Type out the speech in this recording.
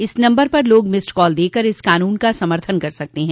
इस नम्बर पर लोग मिस्ड कॉल देकर इस कानून का समर्थन कर सकते हैं